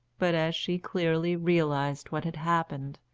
but, as she clearly realised what had happened,